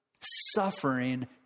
Suffering